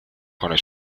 con